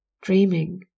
dreaming